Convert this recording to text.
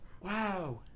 Wow